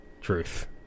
truth